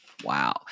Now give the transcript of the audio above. Wow